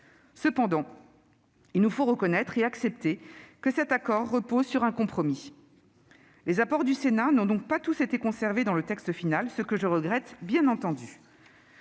Cependant, il nous faut reconnaître et accepter que cet accord repose sur un compromis. Les apports du Sénat n'ont donc pas tous été conservés dans le texte final ; je le regrette, bien entendu.